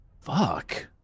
fuck